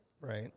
Right